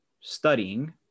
studying